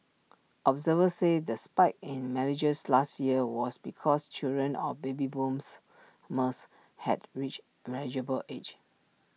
observers said the spike in marriages last year was because children of baby booms must had reached marriageable age